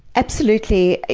absolutely.